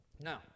Now